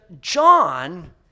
John